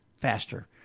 faster